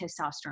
testosterone